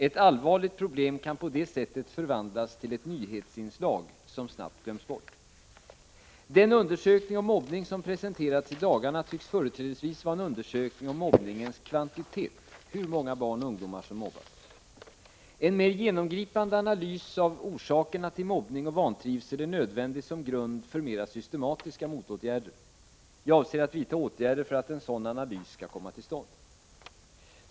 Ett allvarligt problem kan på det sättet förvandlas till ett nyhetsinslag som snabbt glöms bort. Den undersökning om mobbning som presenterats i dagarna tycks företrädesvis vara en undersökning om mobbningens kvantitet, hur många barn och ungdomar som mobbas. En mer genomgripande analys av orsakerna till mobbning och vantrivsel är nödvändig som grund för mera systematiska motåtgärder. Jag avser att vidta åtgärder för att en sådan analys skall komma till stånd.